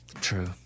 True